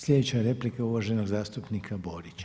Sljedeća replika je uvaženog zastupnika Borića.